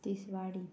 Tiswadi